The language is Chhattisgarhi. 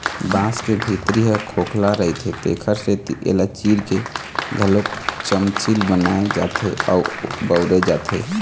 बांस के भीतरी ह खोखला रहिथे तेखरे सेती एला चीर के घलोक चमचील बनाए जाथे अउ बउरे जाथे